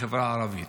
בחברה הערבית.